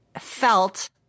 felt